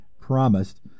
promised